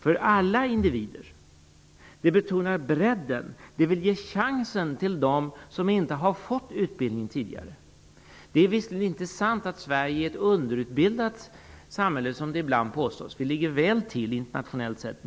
för alla individer och den betonar bredden. Vi vill ge chansen till dem som inte har fått utbildning tidigare. Det är visserligen inte sant att Sverige är ett underutbildat samhälle, som det ibland påstås. Vi ligger väl till internationellt sett.